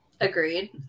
agreed